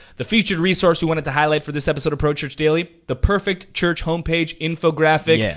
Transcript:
the featured resource you wanted to highlight for this episode of pro church daily, the perfect church homepage infographic. yeah.